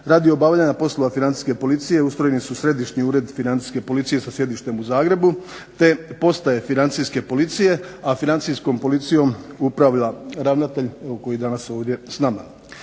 Radi obavljanja poslova Financijske policije ustrojeni su Središnji ured financijske policije sa sjedištem u Zagrebu te Postaje financijske policije. A Financijskom policijom upravlja ravnatelj koji je danas ovdje s nama.